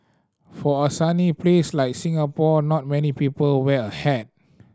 for a sunny place like Singapore not many people wear a hat